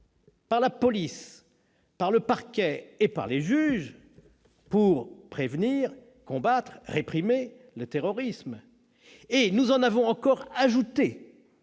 par la police, par le parquet et par les juges pour prévenir, combattre et réprimer le terrorisme. Nous avons été encore plus